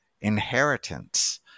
inheritance